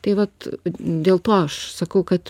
tai vat dėl to aš sakau kad